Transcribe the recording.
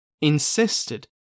insisted